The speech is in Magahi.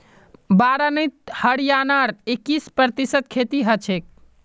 बारानीत हरियाणार इक्कीस प्रतिशत खेती हछेक